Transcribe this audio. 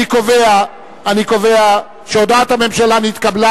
אני קובע שהודעת הממשלה נתקבלה,